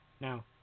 Now